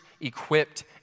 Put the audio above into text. equipped